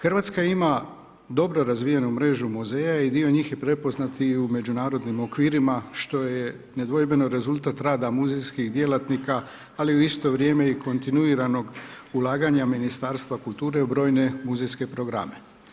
Hrvatska ima dobro razvijenu mrežu muzeja i dio njih je prepoznat i u međunarodnim okvirima što je nedvojbeno rezultat rada muzejskih djelatnika, ali i u isto vrijeme i kontinuiranog ulaganja Ministarstva kulture u brojne muzejske programe.